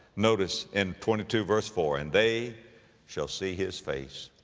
notice in twenty two verse four, and they shall see his face.